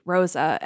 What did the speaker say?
Rosa